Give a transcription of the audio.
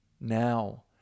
now